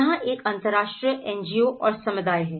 यहां एक अंतरराष्ट्रीय एनजीओ और समुदाय है